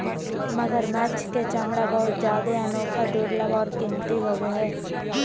मगरमच्छ के चमरा बहुत जादे अनोखा, दुर्लभ और कीमती होबो हइ